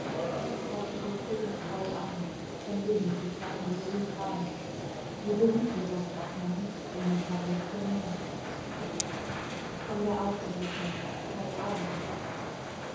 kapitel von der auferweckung